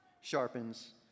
sharpens